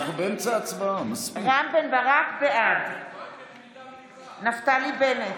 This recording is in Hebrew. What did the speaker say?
בעד נפתלי בנט,